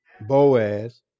Boaz